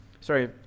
sorry